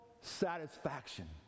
satisfaction